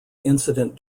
incident